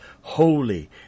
holy